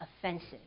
offensive